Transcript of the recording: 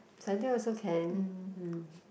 Sunday also can mm